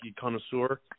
connoisseur